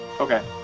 okay